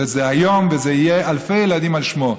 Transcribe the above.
וזה היום, ויהיו אלפי ילדים על שמו.